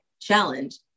challenge